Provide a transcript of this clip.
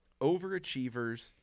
overachievers